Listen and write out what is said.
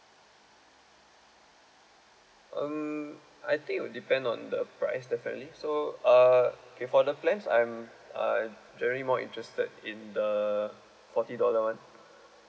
um I think it depend on the price definitely so uh okay for the plans I'm uh generally more interested in the forty dollar one